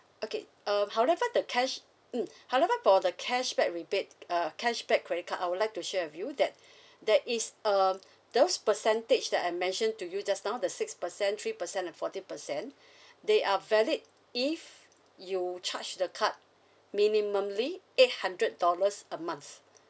okay um however the cash mm however for the cashback rebate uh cashback credit card I would like to share with you that there is uh those percentage that I mention to you just now the six percent three percent and fourteen percent they are valid if you charge the card minimally eight hundred dollars a month